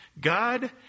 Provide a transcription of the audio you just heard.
God